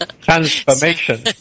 transformation